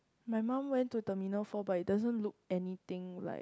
my mum went to terminal four but it doesn't look anything like